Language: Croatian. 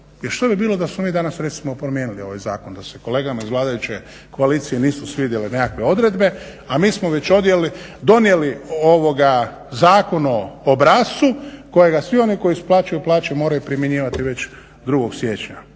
što bi bilo da su oni danas recimo promijenili ovaj zakon, da se kolegama iz vladajuće koalicije nisu svidjele nekakve odredbe, a mi smo već ovdje donijeli Zakon o obrascu kojega svi oni koji isplaćuju plaće moraju primjenjivati već 2. siječnja.